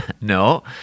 No